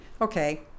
okay